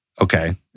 Okay